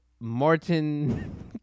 Martin